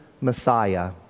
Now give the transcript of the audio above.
Messiah